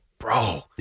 Bro